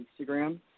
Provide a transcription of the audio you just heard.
Instagram